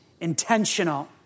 intentional